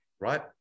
right